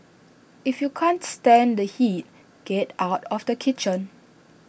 if you can't stand the heat get out of the kitchen